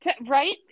right